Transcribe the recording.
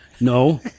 No